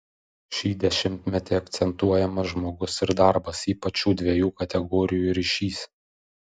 šį dešimtmetį akcentuojamas žmogus ir darbas ypač šių dviejų kategorijų ryšys